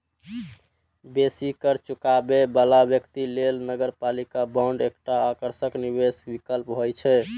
बेसी कर चुकाबै बला व्यक्ति लेल नगरपालिका बांड एकटा आकर्षक निवेश विकल्प होइ छै